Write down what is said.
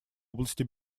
области